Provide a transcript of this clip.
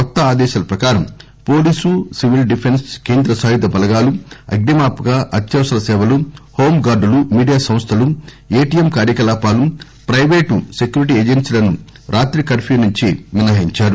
కొత్త ఆదేశాల ప్రకారం పోలీసు సివిల్ డిఫెన్ను కేంద్ర సాయుద బలగాలు ఆగ్ని మాపక అత్యవసర సేవలు హోం గార్డులు మీడియా సంస్థలు ఎటిఎం కార్యకలాపాలు ప్లైవేటు సెక్యూరిటీ ఏజెన్సీలను రాత్రి కర్ఫ్యూ నుంచి మినహాయించారు